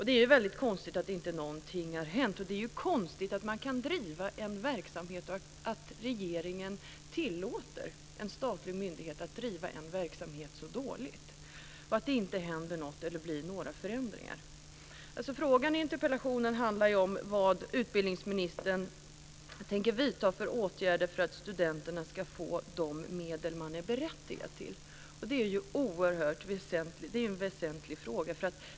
Det är mycket konstigt att inte någonting har hänt - det är konstigt att regeringen tillåter en statlig myndighet att driva en verksamhet så dåligt och att det inte händer något eller blir några förändringar. Frågan i interpellationen handlar om vilka åtgärder utbildningsministern tänker vidta för att studenterna ska få de medel som de är berättigade till. Detta är en oerhört väsentlig fråga.